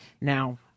Now